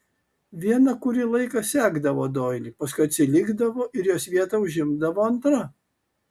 viena kurį laiką sekdavo doilį paskui atsilikdavo ir jos vietą užimdavo antra